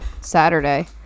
saturday